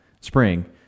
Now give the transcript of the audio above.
spring